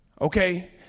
Okay